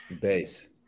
base